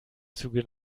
züge